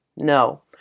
no